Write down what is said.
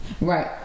right